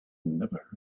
never